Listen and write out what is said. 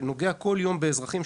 שנוגע כל יום באזרחים,